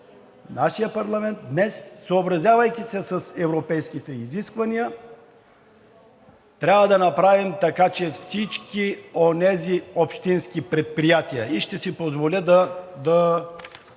нашият парламент днес, съобразявайки се с европейските изисквания, трябва да направи така, че всички онези общински предприятия, и ще си позволя да